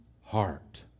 heart